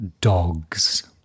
Dogs